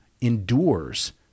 endures